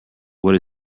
what